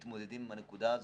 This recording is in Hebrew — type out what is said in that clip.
מתמודדים עם הנקודה הזאת.